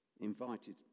invited